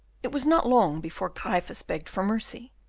it was not long before gryphus begged for mercy.